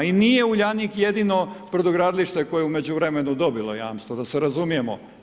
I nije Uljanik jedino brodogradilište koje je u međuvremenu dobilo jamstvo, da se razumijemo.